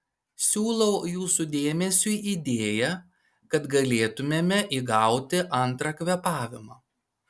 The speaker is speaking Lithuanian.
siūlau jūsų dėmesiui idėją kad galėtumėme įgauti antrą kvėpavimą